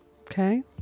okay